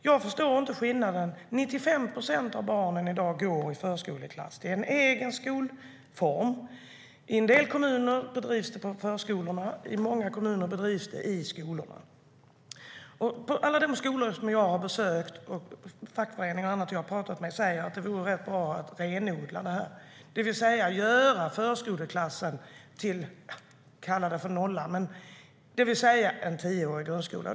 Jag förstår inte skillnaden. 95 procent av barnen i dag går i förskoleklass. Det är en egen skolform. I en del kommuner bedrivs den på förskolorna. I många kommuner bedrivs den i skolorna. På alla de skolor som jag har besökt, fackföreningar och andra som jag har talat med säger man att det vore rätt bra att renodla detta, det vill säga att med förskoleklassen - det vi kallar för nollan - göra grundskolan till en tioårig grundskola.